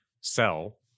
sell